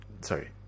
sorry